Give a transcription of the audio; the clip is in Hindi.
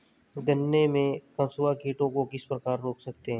गन्ने में कंसुआ कीटों को किस प्रकार रोक सकते हैं?